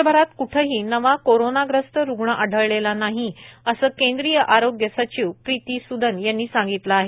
देशभरात क्ठेही नवा कोरोनाग्रस्त रुग्णं आढळलेला नाही असं केंद्रीय आरोग्य सचिव प्रीती सुदन यांनी सांगितलं आहे